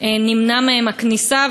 נמנעה מהם הכניסה,